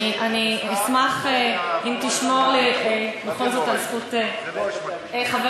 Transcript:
אני אשמח אם תשמור לי בכל זאת על זכות ------ חברים,